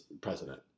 president